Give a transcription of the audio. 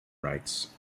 rites